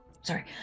sorry